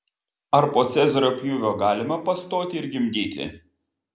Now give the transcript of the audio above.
ar po cezario pjūvio galima pastoti ir gimdyti